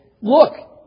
look